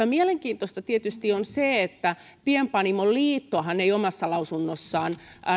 mielenkiintoista tietysti on se että pienpanimoliittohan ei omassa lausunnossaan